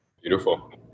Beautiful